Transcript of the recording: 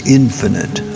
infinite